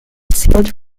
sealed